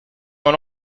dans